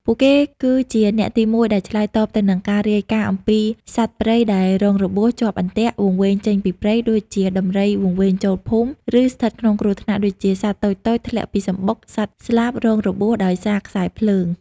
ពួកគេគឺជាអ្នកទីមួយដែលឆ្លើយតបទៅនឹងការរាយការណ៍អំពី សត្វព្រៃដែលរងរបួស ជាប់អន្ទាក់ វង្វេងចេញពីព្រៃ ដូចជាដំរីវង្វេងចូលភូមិ ឬស្ថិតក្នុងគ្រោះថ្នាក់ ដូចជាសត្វតូចៗធ្លាក់ពីសំបុក សត្វស្លាបរងរបួសដោយសារខ្សែភ្លើង។